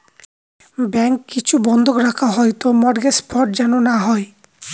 bank কিছু বন্ধক রাখা হয় তো মর্টগেজ ফ্রড যেন না হয়